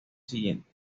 siguiente